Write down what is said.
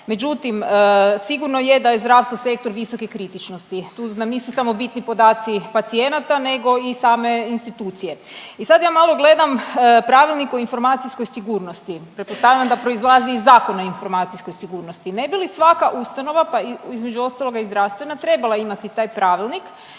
međutim sigurno je da je zdravstvo sektor visoke kritičnosti, tu nam nisu samo bitni podaci pacijenata nego i same institucije. I sad ja malo gledam Pravilnik o informacijskoj sigurnosti, pretpostavljam da proizlazi iz Zakona o informacijskoj sigurnosti. Ne bi li svaka ustanova, pa između ostaloga i zdravstvena, trebala imati taj pravilnik?